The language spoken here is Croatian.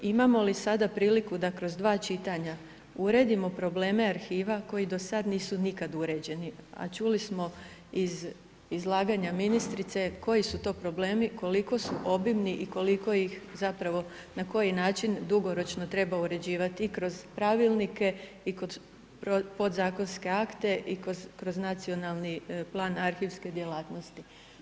Imamo li sada priliku da kroz dva čitanja uredimo probleme arhiva koji do sad nikad nisu uređeni, a čuli smo izlaganja ministrice koji su to problemi, koliko su obimni i koliko ih zapravo na koji način dugoročno treba uređivati i kroz pravilnike i kod podzakonske akte i kroz Nacionalni plan arhivske djelatnosti.